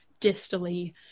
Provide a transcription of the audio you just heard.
distally